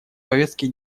повестке